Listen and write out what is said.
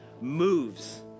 moves